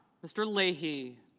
mr. leahy